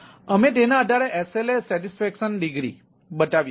અમે તેના આધારે SLA સૈટિસ્ફૈક્શન ડિગ્રી બતાવીએ છીએ